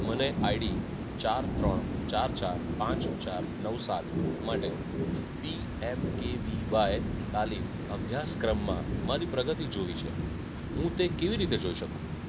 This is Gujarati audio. મને આઈડી ચાર ત્રણ ચાર ચાર પાંચ ચાર નવ સાત માટે P M K V Y તાલીમ અભ્યાસક્રમમાં મારી પ્રગતિ જોવી છે હું તે કેવી રીતે જોઈ શકું